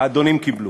האדונים קיבלו.